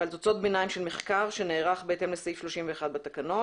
ועל תוצאות ביניים של מחקר שנערך בהתאם לסעיף 31 בתקנות,